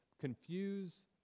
confuse